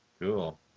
Cool